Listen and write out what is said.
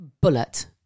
bullet